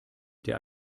der